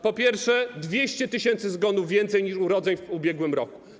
Po pierwsze, 200 tys. zgonów więcej niż urodzeń w ubiegłym roku.